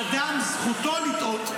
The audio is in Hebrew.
אדם, זכותו לטעות.